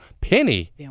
Penny